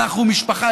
אנחנו משפחה.